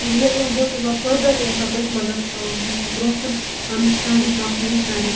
یا اِؤن بہٕ ٲسٕس پتہٕ فردر تہِ وَتھان تٔھتھۍ منٛز برونہہ کُن پَنٕنۍ سٹڈی کَمپٔلیٖٹ کَرٕنۍ